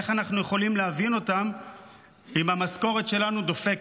איך אנחנו יכולים להבין אותם אם המשכורת שלנו דופקת?